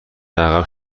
عقب